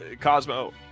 cosmo